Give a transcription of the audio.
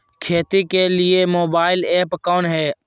खेती के लिए मोबाइल ऐप कौन है?